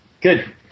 good